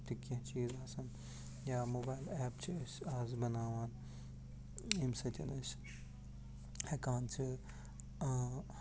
تہِ کیٚنہہ چیٖز آسَن یا موبایِل ایپ چھِ أسۍ آز بناوان ییٚمہِ سۭتۍ أسۍ ہٮ۪کان چھِ